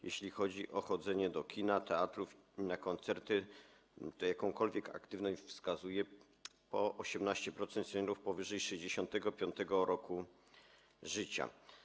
Jeżeli chodzi o chodzenie do kina, teatru i na koncerty, to jakąkolwiek aktywność wykazuje 18% seniorów powyżej 65. roku życia.